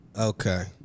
Okay